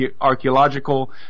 archaeological